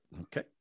Okay